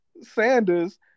Sanders